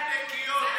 ידיים נקיות,